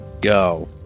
go